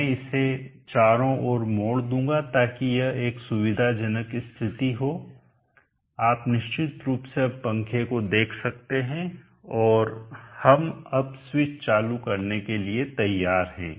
मैं इसे चारों ओर मोड़ दूंगा ताकि यह एक सुविधाजनक स्थिति हो आप निश्चित रूप से अब पंखे को देख सकते हैं और हम अब स्विच चालू करने के लिए तैयार हैं